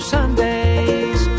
Sundays